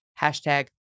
hashtag